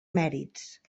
mèrits